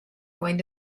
going